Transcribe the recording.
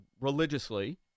religiously